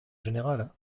générale